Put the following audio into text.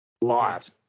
life